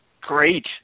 Great